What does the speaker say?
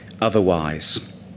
otherwise